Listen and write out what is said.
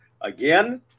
Again